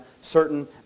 certain